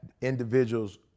individuals